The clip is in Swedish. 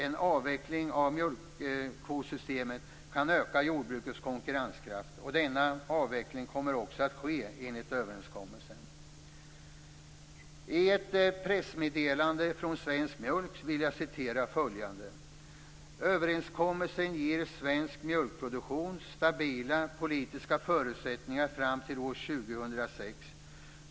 En avveckling av mjölkkvotssystemet kan öka jordbrukets konkurrenskraft. Denna avveckling kommer också att ske enligt överenskommelsen. I ett pressmeddelande från Svensk Mjölk vill jag citera följande: "Överenskommelsen ger svensk mjölkproduktion stabila politiska förutsättningar fram till år 2006.